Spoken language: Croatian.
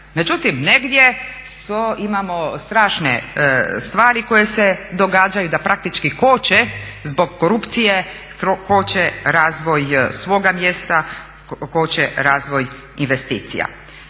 Međutim, negdje imamo strašne stvari koje se događaju da praktički koče zbog korupcije koče razvoj svoga mjesta, koče razvoj investicija.